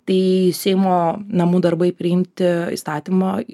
tai seimo namų darbai priimti įstatymo